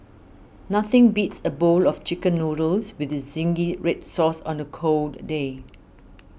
nothing beats a bowl of Chicken Noodles with Zingy Red Sauce on a cold day